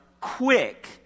quick